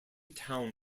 town